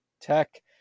Tech